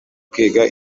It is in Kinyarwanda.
kwiga